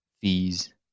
fees